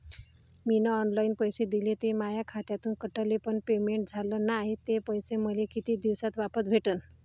मीन online पैसे दिले, ते माया खात्यातून कटले, पण पेमेंट झाल नायं, ते पैसे मले कितीक दिवसात वापस भेटन?